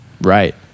Right